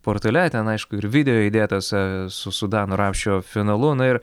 portale ten aišku ir video įdėtas a su su dano rapšio finalu na ir